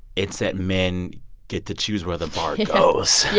it's that men get to choose where the bar goes yeah.